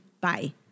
bye